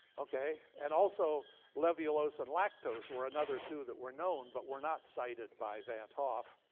okay? and also laevulose and lactose were another two that were known but were not cited by van't hoff.